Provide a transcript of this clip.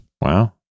Wow